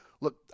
Look